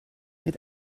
mit